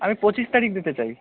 আমি পঁচিশ তারিখ যেতে চাই